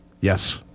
Yes